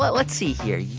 but let's see here.